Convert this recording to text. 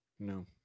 No